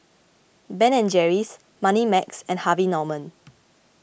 Ben and Jerry's Moneymax and Harvey Norman